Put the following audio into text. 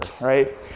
right